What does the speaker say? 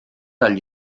dagli